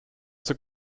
zur